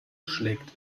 schlägt